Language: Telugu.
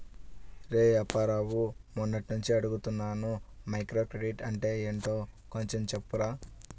రేయ్ అప్పారావు, మొన్నట్నుంచి అడుగుతున్నాను మైక్రోక్రెడిట్ అంటే ఏంటో కొంచెం చెప్పురా